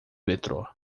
metrô